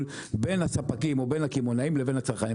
בין הספקים או הקמעונאים לבין הצרכנים.